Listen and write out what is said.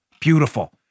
Beautiful